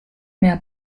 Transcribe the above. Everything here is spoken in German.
mehr